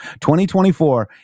2024